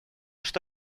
что